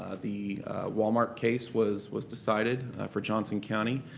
the walmart case was was decided for johnson county.